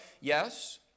Yes